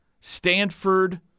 Stanford